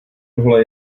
tohle